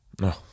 No